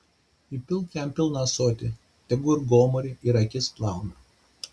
įpilk jam pilną ąsotį tegu ir gomurį ir akis plauna